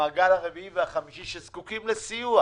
המעגל הרביעי והחמישי שזקוקים לסיוע.